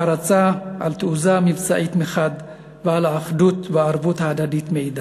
הערצה על התעוזה המבצעית מחד ועל האחדות והערבות ההדדית מאידך.